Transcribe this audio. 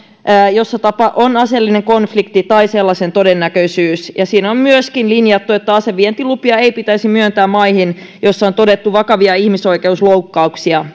jossa on aseellinen konflikti tai sellaisen todennäköisyys ja siinä on myöskin linjattu että asevientilupia ei pitäisi myöntää maihin joissa on todettu vakavia ihmisoikeusloukkauksia